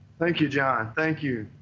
thank you, john. thank you.